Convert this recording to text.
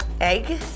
egg